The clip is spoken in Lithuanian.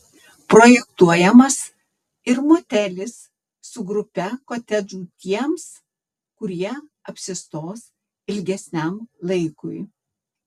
projektuojamas ir motelis su grupe kotedžų tiems kurie apsistos ilgesniam laikui